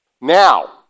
Now